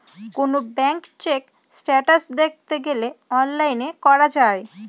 কোনো bank check status দেখতে গেলে অনলাইনে করা যায়